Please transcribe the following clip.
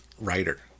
writer